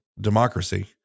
democracy